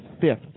fifth